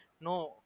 No